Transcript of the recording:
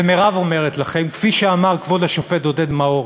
ומירב אומרת לכם, כפי שאמר כבוד השופט עודד מאור: